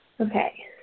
Okay